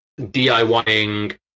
DIYing